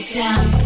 down